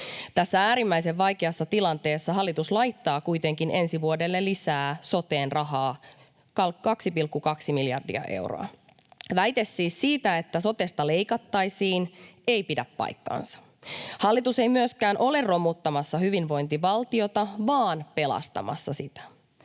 Tässä äärimmäisen vaikeassa tilanteessa hallitus laittaa kuitenkin ensi vuodelle soteen lisää rahaa 2,2 miljardia euroa. Siis väite siitä, että sotesta leikattaisiin, ei pidä paikkaansa. Hallitus ei myöskään ole romuttamassa hyvinvointivaltiota, vaan pelastamassa sitä.